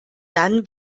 dann